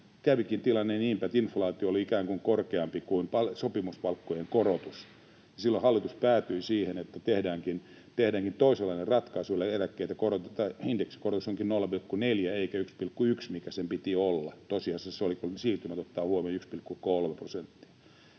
kävikin tilanne niin päin, että inflaatio oli ikään kuin korkeampi kuin sopimuspalkkojen korotus. Silloin hallitus päätyi siihen, että tehdäänkin toisenlainen ratkaisu, eli eläkkeiden korotuksessa indeksikorotus onkin 0,4 eikä 1,1, mikä sen piti olla. Tosiasiassa se oli kyllä, kun siirtymät ottaa huomioon, 1,3 prosenttia.